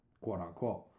quote-unquote